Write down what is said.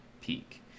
peak